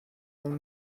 aún